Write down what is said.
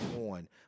on